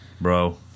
Bro